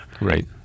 Right